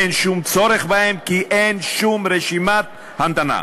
אין שום צורך בהם כי אין שום רשימת המתנה.